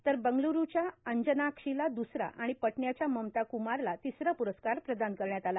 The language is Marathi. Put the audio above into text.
तर बेंगलुरूच्या अंजनाक्षीला द्रसरा आणि पटण्याच्या ममता कुमारला तिसरा प्रस्कार प्रदान करण्यात आला